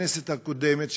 בכנסת הקודמת,